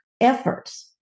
efforts